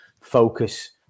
focus